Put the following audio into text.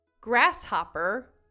Grasshopper